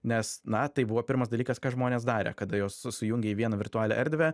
nes na tai buvo pirmas dalykas ką žmonės darė kada juos sujungė į vieną virtualią erdvę